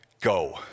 go